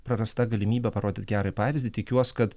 prarasta galimybė parodyt gerą pavyzdį tikiuos kad